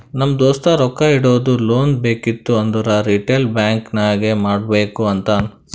ನಮ್ ದೋಸ್ತ ರೊಕ್ಕಾ ಇಡದು, ಲೋನ್ ಬೇಕಿತ್ತು ಅಂದುರ್ ರಿಟೇಲ್ ಬ್ಯಾಂಕ್ ನಾಗೆ ಮಾಡ್ಬೇಕ್ ಅಂತಾನ್